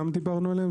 דיברנו עליהם,